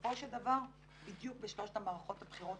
שבסופו של דבר בדיוק בשלוש מערכות הבחירות